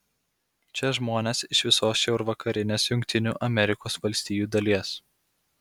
čia žmonės iš visos šiaurvakarinės jungtinių amerikos valstijų dalies